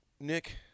Nick